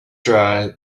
dry